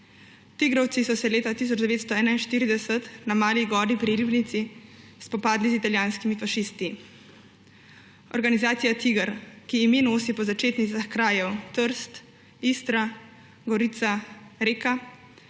Tigrovci so se leta 1941 na Mali gori pri Ribnici spopadli z italijanskimi fašisti. Organizacija TIGR – ki nosi ime po začetnicah krajev Trst, Istra, Gorica, Reka